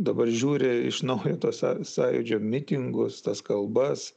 dabar žiūri iš naujo tuos sąjūdžio mitingus tas kalbas